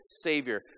Savior